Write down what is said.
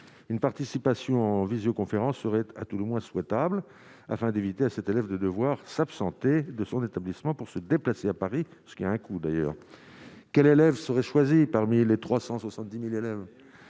une participation en visioconférence serait à tout le moins souhaitables, afin d'éviter à cet élève de devoir s'absenter de son établissement pour se déplacer à Paris ce qu'il y a un coût d'ailleurs quels élèves seraient choisis parmi les 370000 élèves